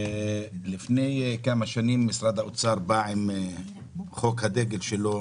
לפני כמה שנים בא משרד האוצר עם חוק הדגל שלו,